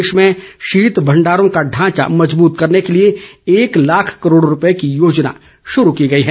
देश में शीत भण्डारों का ढांचा मजबूत करने के लिए एक लाख करोड रूपये की एक योजना शुरू की गई है